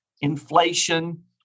inflation